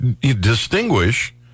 distinguish